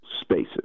spaces